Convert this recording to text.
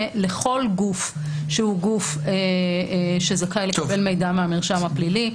לכל גוף שהוא גוף שזכאי לקבל מידע מהמרשם הפלילי.